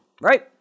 right